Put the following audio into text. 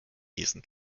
lesen